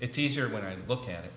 it's easier when i look at it